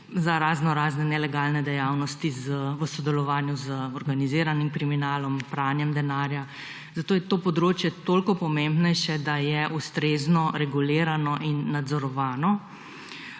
za raznorazne nelegalne dejavnosti v sodelovanju z organiziranim kriminalom, pranjem denarja. Zato je za to področje toliko pomembnejše, da je ustrezno regulirano in nadzorovano,